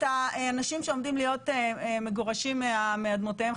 האנשים שעומדים להיות מגורשים מאדמותיהם,